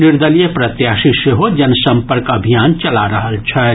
निर्दलीय प्रत्याशी सेहो जनसम्पर्क अभियान चला रहल छथि